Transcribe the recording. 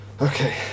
okay